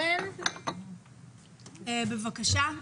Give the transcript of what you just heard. בבקשה.